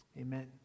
Amen